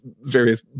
various